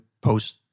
post